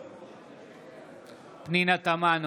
נגד פנינה תמנו,